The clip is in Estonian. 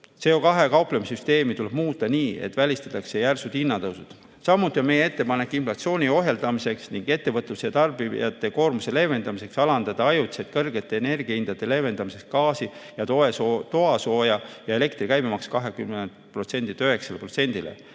CO2-ga kauplemise süsteemi tuleb muuta nii, et välistatakse järsud hinnatõusud. Samuti on meie ettepanek inflatsiooni ohjeldamiseks ning ettevõtluse ja tarbijate koormuse leevendamiseks alandada ajutiselt kõrgete energia hindade leevendamiseks gaasi, toasooja ja elektri käibemaks 20%‑lt